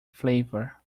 flavor